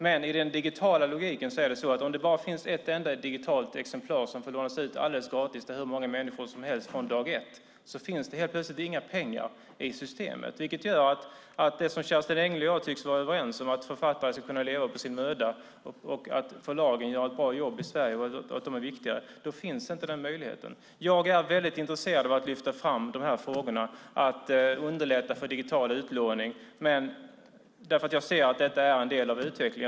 Men i den digitala logiken är det så att om det bara finns ett enda digitalt exemplar som får lånas ut alldeles gratis till hur många människor som helst från dag ett finns det helt plötsligt inga pengar i systemet. Det gör att det som Kerstin Engle och jag tycks vara överens om, att författare ska kunna leva på sin möda och att förlagen är viktiga och gör ett bra jobb i Sverige, inte är möjligt. Jag är väldigt intresserad av att lyfta fram de här frågorna om att underlätta för digital utlåning, för jag ser att detta är en del av utvecklingen.